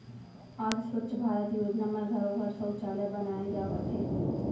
आज स्वच्छ भारत योजना म घरो घर सउचालय बनाए जावत हे